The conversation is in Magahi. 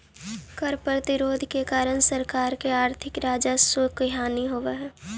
कर प्रतिरोध के कारण सरकार के आर्थिक राजस्व के हानि होवऽ हई